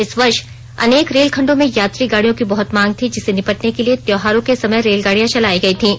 इस वर्ष अनेक रेल खण्डों में यात्री गाडियों की बहत मांग थी जिससे निपटने के लिए त्यौहारों के समय रेलगाडियां चलाई गई थीं